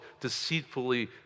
deceitfully